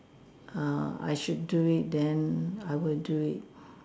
err I should do it then I will do it